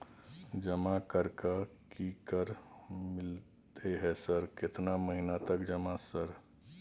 जमा कर के की कर मिलते है सर केतना महीना तक जमा सर?